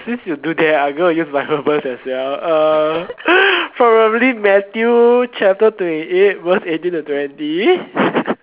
since you do that I am going to use bible verse as well uh following Matthew chapter twenty eight verse eighteen to twenty